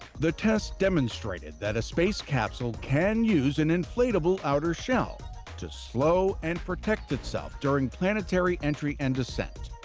the test demonstrated that a space capsule can use an inflatable outer shell to slow and protect itself during planetary entry and descent.